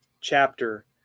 chapter